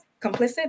complicit